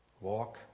Walk